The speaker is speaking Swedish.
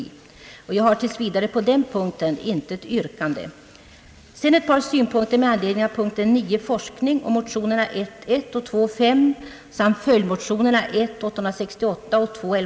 Jag har tills vidare på denna punkt inte något yrkande.